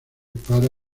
para